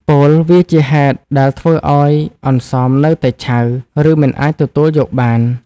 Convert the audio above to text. ពោលវាជាហេតុដែលធ្វើឲ្យអន្សមនៅតែឆៅ ឬមិនអាចទទួលយកបាន។